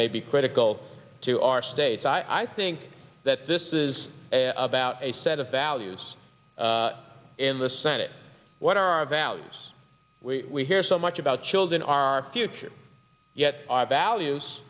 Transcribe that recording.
may be critical to our states i think that this is about a set of values in the senate what are our values we care so much about children our future yet our values